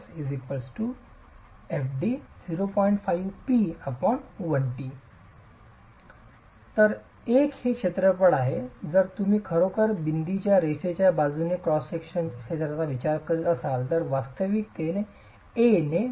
5P 1t तर हे l हे क्षेत्रफळ आहे जर तुम्ही खरोखर बिंदीदार रेषेच्या बाजूने क्रॉस सेक्शनच्या क्षेत्राचा विचार करीत असाल तर वास्तविक ते A ने भागलेले 0